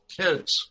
kids